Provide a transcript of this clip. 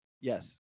Yes